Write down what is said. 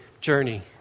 journey